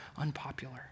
unpopular